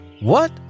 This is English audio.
What